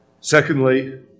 Secondly